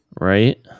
right